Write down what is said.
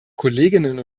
kolleginnen